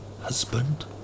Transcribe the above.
Husband